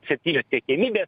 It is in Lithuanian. septynios siekiamybės